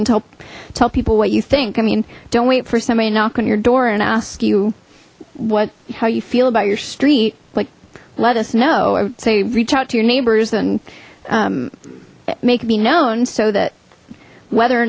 until tell people what you think i mean don't wait for somebody knock on your door and ask you what how you feel about your street like let us know say reach out to your neighbors and make me known so that whether or